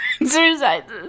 exercises